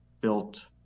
built